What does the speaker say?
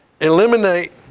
eliminate